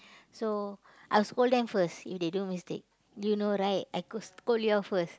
so I'll scold them first if they do mistake you know right I could scold you all first